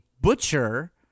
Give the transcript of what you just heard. butcher